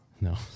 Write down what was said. No